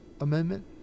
amendment